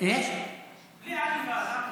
אתה בלי עניבה?